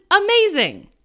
amazing